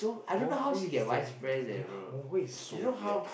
Wenhui is damn weird Wenhui is so weird